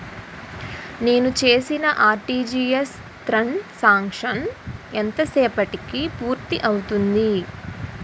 నేను చేసిన RTGS transaction ఎంత సేపటికి పూర్తి అవుతుంది?